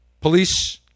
police